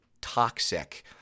toxic